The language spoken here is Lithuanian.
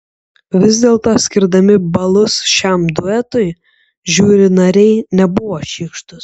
vis dėlto skirdami balus šiam duetui žiuri nariai nebuvo šykštūs